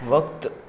वक़्ति